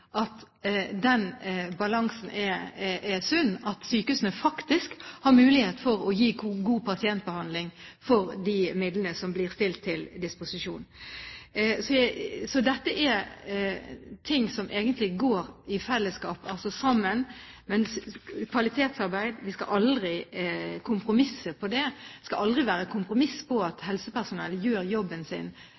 at balansen er sunn, at sykehusene faktisk har mulighet til å gi god pasientbehandling for de midlene som blir stilt til disposisjon. Så dette er ting som egentlig går sammen. Vi skal aldri kompromisse på kvalitetsarbeid, det skal aldri være noe kompromiss at helsepersonell gjør jobben sin